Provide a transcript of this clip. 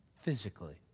physically